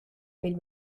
made